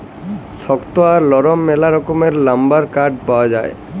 শক্ত আর লরম ম্যালা রকমের লাম্বার কাঠ পাউয়া যায়